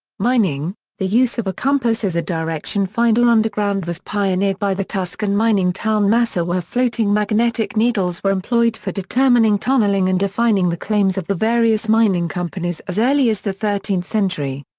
mining the use of a compass as a direction finder underground was pioneered by the tuscan mining town massa where floating magnetic needles were employed for determining tunneling and defining the claims of the various mining companies as early as the thirteenth century.